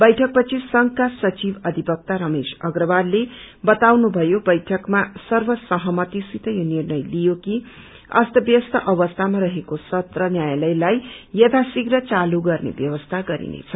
बैठकपछि संघका सचिव अधिवक्ता रमेश अग्रवालले बताउनुभयो बैङ्कमा सर्वसहमतिसित यो निर्णय लिईयो कि अस्त व्यस्त अवस्थामा रहेको सत्र न्यायालय लाई यथाशीघ्र चालू गर्ने व्यवस्था गरिनेछ